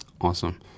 Awesome